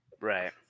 right